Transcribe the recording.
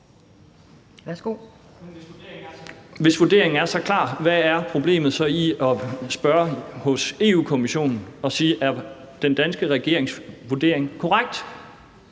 Hvis vurderingen er så klar, hvad er problemet så i at spørge Europa-Kommissionen, om den danske regerings vurdering er korrekt?